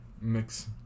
Mix